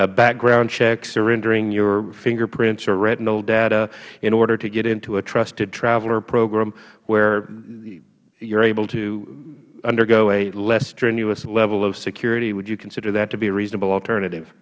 background checks surrendering your fingerprints or retinal data in order to get into a trusted traveler program where you are able to undergo a less strenuous level of security would you consider that to be a reasonable alternative